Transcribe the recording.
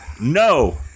No